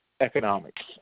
economics